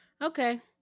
Okay